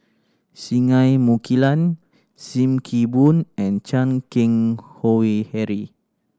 Singai Mukilan Sim Kee Boon and Chan Keng Howe Harry